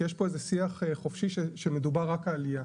כי שפה איזה שיח חופשי שמדובר רק על עלייה.